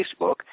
Facebook